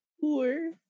Poor